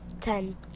Ten